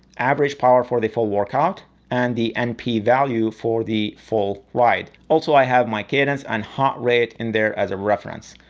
average power for the full workout and the np value for the full ride. also, i have my cadence and heart rate in there as a reference.